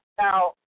Now